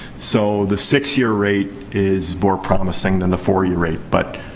so, the six-year rate is more promising than the four-year rate. but,